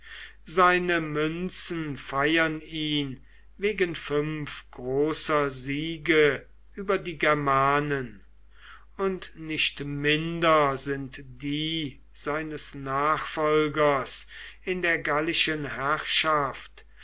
seine münzen feiern ihn wegen fünf großer siege über die germanen und nicht minder sind die seines nachfolgers in der gallischen herrschaft